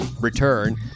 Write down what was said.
return